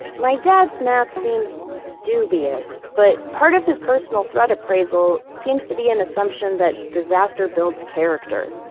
my dad's math seems dubious, but part of his personal threat appraisal seems to be an assumption that disaster builds character.